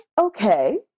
Okay